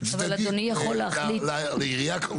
צדדית לעירייה.